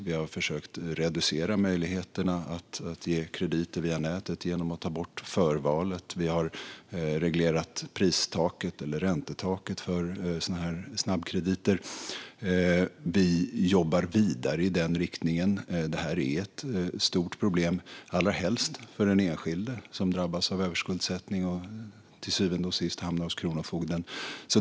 Vi har försökt att reducera möjligheterna att ge krediter via nätet genom att ta bort förvalet. Vi har reglerat pristaket - räntetaket - för snabbkrediter. Vi jobbar vidare i den riktningen. Det är ett stort problem - allra helst för den enskilde som drabbas av överskuldsättning och till syvende och sist hamnar hos Kronofogden.